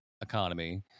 economy